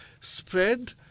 spread